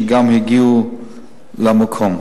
ונציגיה גם הגיעו למקום.